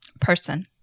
person